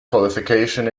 qualification